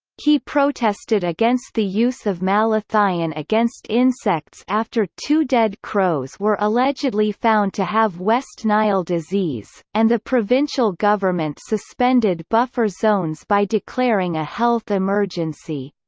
he protested against the use of malathion against insects after two dead crows were allegedly found to have west nile disease, and the provincial government suspended buffer zones by declaring a health emergency.